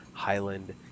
highland